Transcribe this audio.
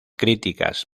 críticas